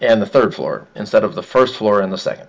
and the third floor instead of the first floor and the second